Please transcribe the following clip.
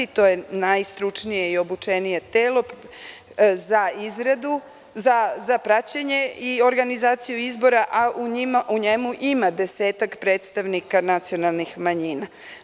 To je najstručnije i najobučenije telo za praćenje i organizaciju izbora, a u njemu ima desetak predstavnika nacionalnih manjina.